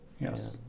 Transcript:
Yes